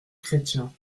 chrétien